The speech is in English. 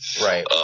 Right